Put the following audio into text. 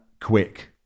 quick